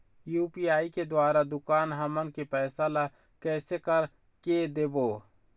UPI के द्वारा दुकान हमन के पैसा ला कैसे कर के देबो?